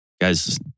guys